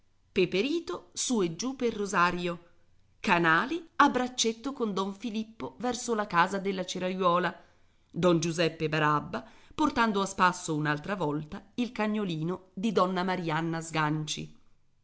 peperito su e giù pel rosario canali a braccetto con don filippo verso la casa della ceraiuola don giuseppe barabba portando a spasso un'altra volta il cagnolino di donna marianna sganci